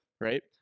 right